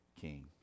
king